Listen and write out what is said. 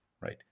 right